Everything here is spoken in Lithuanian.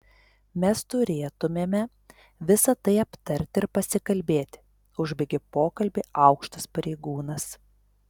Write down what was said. mes turėtumėme visa tai aptarti ir pasikalbėti užbaigė pokalbį aukštas pareigūnas